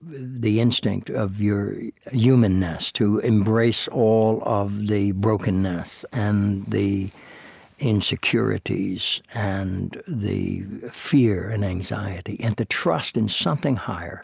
the instinct of your humanness, to embrace all of the brokenness and the insecurities and the fear and anxiety and to trust in something higher,